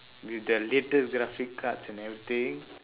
with the latest graphic cards and everything